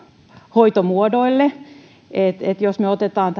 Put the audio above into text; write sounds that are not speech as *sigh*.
hoitomuodoille että jos me otamme *unintelligible*